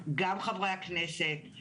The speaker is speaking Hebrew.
גם חברי הכנסת,